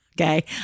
Okay